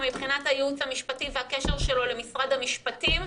מבחינת הייעוץ המשפטי והקשר שלו למשרד המשפטים,